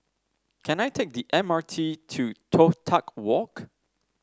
can I take the M R T to Toh Tuck Walk